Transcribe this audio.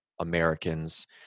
Americans